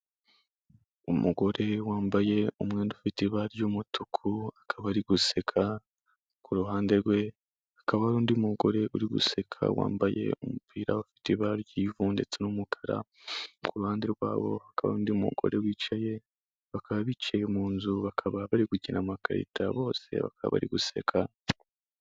Umugore wambaye umwenda ufite ibara ry'umutuku, akaba ari guseka, ku ruhande rwe hakaba hari undi mugore uri guseka wambaye umupira ufite ibara ry'ivu ndetse n'umukara, ku ruhande rwabo hakaba har undi mugore wicaye, bakaba bicaye mu nzu bakaba bari gukina amakarita, bose bakaba bari guseka.